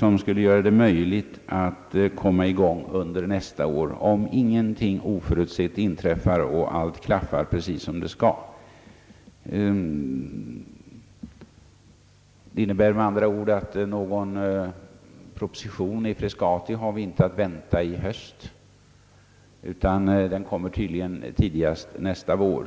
om man skall tro att det blir möjligt att påbörja arbetena under nästa år. Det förutsätter att ingenting oförutsett inträffar och att allt klaffar enligt beräkningarna. Det innebär med andra ord att vi inte har att vänta någon proposition om Frescati i höst, utan den kommer tydligen tidigast nästa vår.